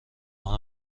آهن